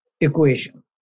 equation